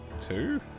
two